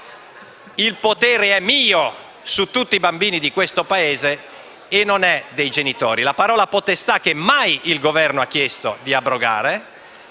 il potere è suo su tutti i bambini di questo Paese, e non dei genitori. La parola «potestà», che mai il Governo ha chiesto di abrogare,